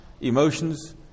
emotions